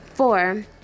Four